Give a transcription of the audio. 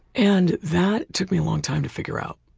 and that took me a long time to figure out,